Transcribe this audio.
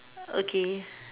okay